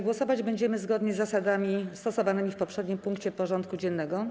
Głosować będziemy zgodnie z zasadami stosowanymi w poprzednim punkcie porządku dziennego.